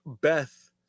Beth